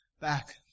back